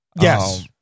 Yes